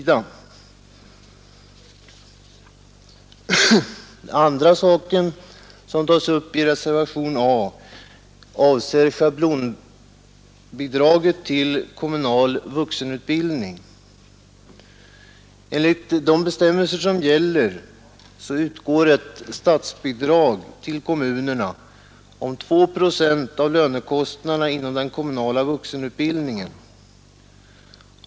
Den andra saken som tas upp i reservationen A avser schablonbidraget till kommunal vuxenutbildning. Enligt de bestämmelser som gäller utgår ett statsbidrag till kommunerna om 2 procent av lönekostnaderna för den kommunala vuxenutbildningen.